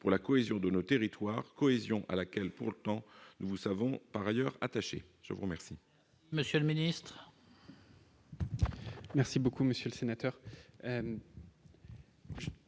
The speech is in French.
pour la cohésion de nos territoires cohésion à laquelle pourtant, nous savons par ailleurs attaché, je vous remercie.